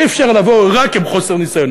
אי-אפשר לבוא רק עם חוסר ניסיון,